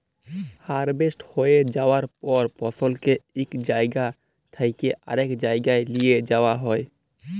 harvest হঁয়ে যাউয়ার পর ফসলকে ইক জাইগা থ্যাইকে আরেক জাইগায় লিঁয়ে যাউয়া হ্যয়